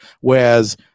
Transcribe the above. Whereas